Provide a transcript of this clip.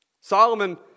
Solomon